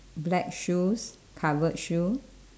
black shoes covered shoe